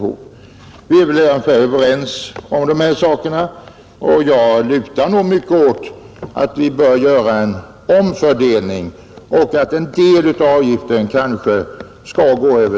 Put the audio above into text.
Torsdagen den Vi är väl överens om dessa saker, och jag lutar som sagt mycket åt att 3 juni 1971 vi bör göra en omfördelning och att en del av avgiften bör gå över